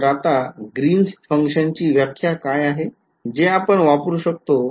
तर आता Green's function ची व्याख्या काय आहे जे आपण वापरू शकतो